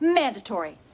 mandatory